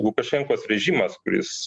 lukašenkos režimas kuris